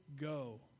go